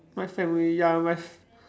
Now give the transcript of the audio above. my family ya my